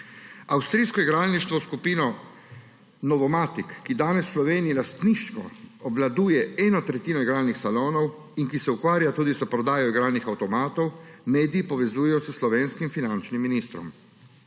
Avstrijsko igralniško skupino Novomatic, ki danes v Sloveniji lastniško obvladuje eno tretjino igralnih salonov in ki se ukvarja tudi s prodajo igralnih avtomatov, mediji povezujejo s slovenskim finančnim ministrom.